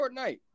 Fortnite